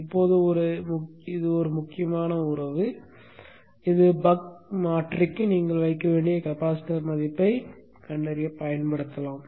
இப்போது இது ஒரு முக்கியமான உறவாகும் இது பக் மாற்றிக்கு நீங்கள் வைக்க வேண்டிய கெபாசிட்டர் மதிப்பைக் கண்டறிய பயன்படுத்தலாம்